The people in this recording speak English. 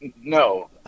No